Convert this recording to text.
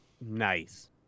nice